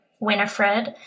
Winifred